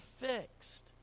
fixed